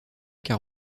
car